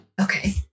Okay